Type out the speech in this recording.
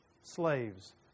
slaves